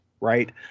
right